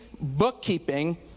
bookkeeping